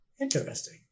Interesting